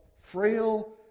frail